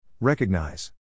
Recognize